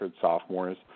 sophomores